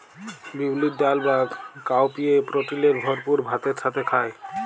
বিউলির ডাল বা কাউপিএ প্রটিলের ভরপুর ভাতের সাথে খায়